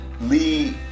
Lee